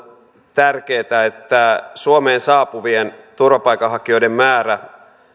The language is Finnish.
tärkeätä että suomeen saapuvien turvapaikanhakijoiden määrä